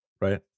right